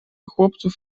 chłopców